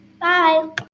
Bye